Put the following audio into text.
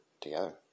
together